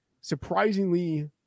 surprisingly